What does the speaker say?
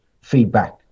feedback